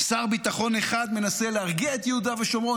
שר ביטחון אחד מנסה להרגיע את יהודה ושומרון